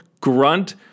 grunt